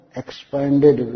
expanded